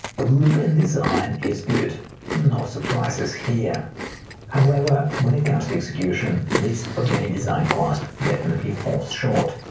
the look and design is good no surprises here however when it comes to execution this pagani design clasp definitely falls short.